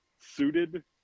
suited